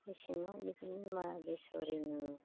मेसेङाव बिदिनो मा बेसर इनु